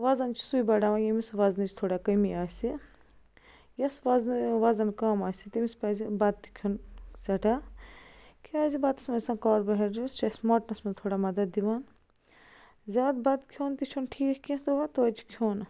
وَزن چھُ سُے بَڑاوان ییٚمِس وزنٕچ تھوڑا کٔمی آسہِ یَس وزنہٕ وَزن کَم آسہِ تٔمِس پَزِ بتہٕ تہِ کھیٚون سٮ۪ٹھاہ کیٛازِ بَتس منٛز چھِ آسان کابوہیڈریٹ سُہ چھُ اَسہِ مۄٹنس منٛز تھوڑا مَدد دِوان زیادٕ بتہٕ کھیٚون تہِ چھُنہٕ تھیٖک کیٚنٛہہ تہٕ وۄنۍ توتہِ چھُ کھیٚون